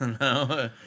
no